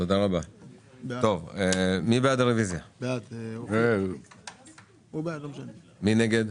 מי בעד הרביזיה, מי נגד?